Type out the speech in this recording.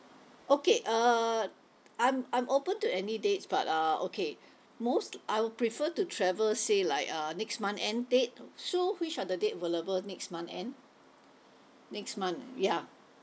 okay uh I'm I'm open to any dates but uh okay most I would prefer to travel say like uh next month end date so which are the date available next month end next month ya